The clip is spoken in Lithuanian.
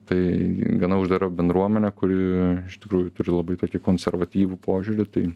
tai gana uždara bendruomenė kuri iš tikrųjų turi labai tokį konservatyvų požiūrį tai